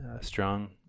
strong